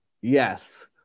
yes